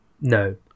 No